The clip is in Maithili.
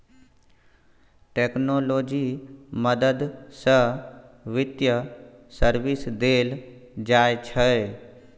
टेक्नोलॉजी मदद सँ बित्तीय सर्विस देल जाइ छै